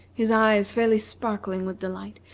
his eyes fairly sparkling with delight.